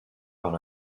par